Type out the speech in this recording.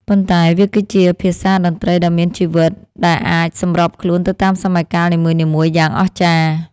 ប៉ុន្តែវាគឺជាភាសាតន្ត្រីដ៏មានជីវិតដែលអាចសម្របខ្លួនទៅតាមសម័យកាលនីមួយៗយ៉ាងអស្ចារ្យ។